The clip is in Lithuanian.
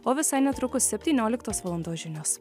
o visai netrukus septynioliktos valandos žinios